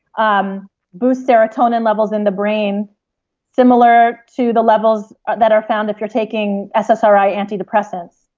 um boosts serotonin levels in the brain similar to the levels that are found if you're taking ssri antidepressants.